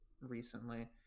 recently